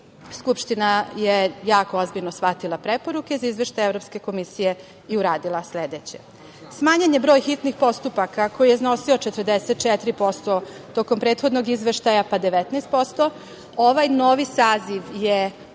Skupština je jako ozbiljno shvatila preporuke za izveštaj Evropske komisije i uradila sledeće. Smanjen je broj hitnih postupaka koji je iznosio 44% tokom prethodnog izveštaja, pa 19%. Ovaj novi saziv je za